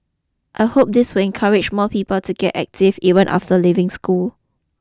I hope this will encourage more people to get active even after leaving school